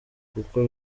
kuko